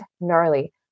gnarly